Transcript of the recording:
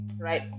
Right